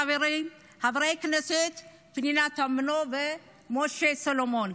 חברי הכנסת פנינה תמנו ומשה סולומון.